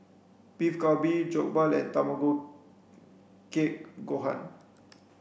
Beef Galbi Jokbal and Tamago Kake Gohan